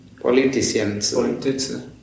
politicians